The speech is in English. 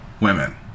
women